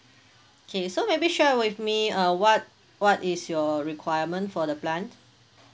K so maybe share with me uh what what is your requirement for the plan